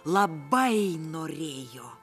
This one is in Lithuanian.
labai norėjo